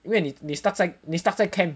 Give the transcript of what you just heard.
因为你 stuck 在你 stuck 在 camp